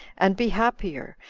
and be happier,